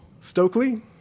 Stokely